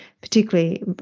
particularly